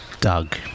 Doug